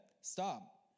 stop